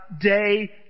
day